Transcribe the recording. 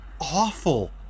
awful